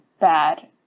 bad